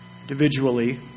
individually